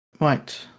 right